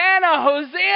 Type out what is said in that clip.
Hosanna